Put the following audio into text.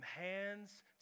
hands